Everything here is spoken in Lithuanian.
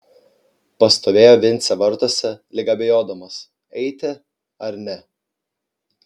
pastovėjo vincė vartuose lyg abejodamas eiti ar ne